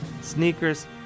sneakers